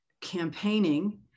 campaigning